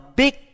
big